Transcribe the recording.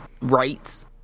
rights